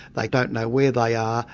like don't know where they are,